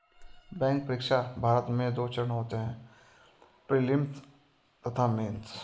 bank परीक्षा, भारत में दो चरण होते हैं प्रीलिम्स तथा मेंस